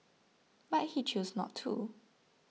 but he chose not to